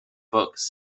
books